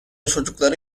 çocuklara